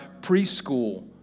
preschool